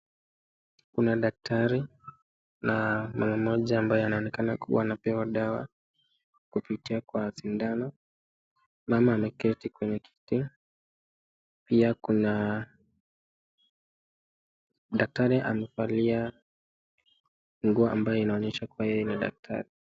Kuna daktari na mwana moja ambaye anaonekana kuwa anapewa dawa kupitia kwa sindano. Mama ameketi kwenye kiti pia kuna daktari amevalia nguo ambayo inaonyesha kuwa yeye ni daktari.